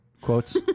quotes